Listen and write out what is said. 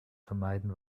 vermeiden